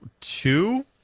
Two